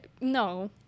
No